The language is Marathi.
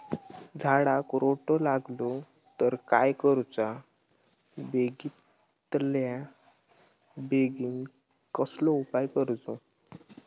झाडाक रोटो लागलो तर काय करुचा बेगितल्या बेगीन कसलो उपाय करूचो?